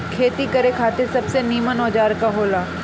खेती करे खातिर सबसे नीमन औजार का हो ला?